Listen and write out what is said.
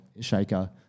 shaker